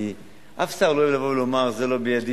כי אף שר לא יבוא ויאמר: זה לא בידי,